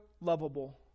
lovable